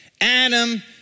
Adam